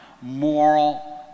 moral